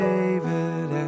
David